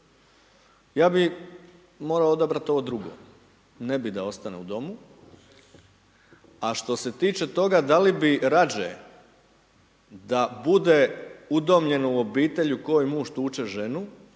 Ja bi morao odabrati ovo drugo, ne bi da ostane u domu. A što se tiče toga da li rađe da bude udomljeno u obitelji u kojoj muž tuče ženu